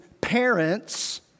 parents